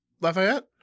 Lafayette